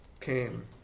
came